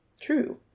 true